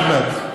אחמד.